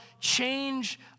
change